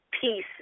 peace